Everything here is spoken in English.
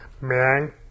man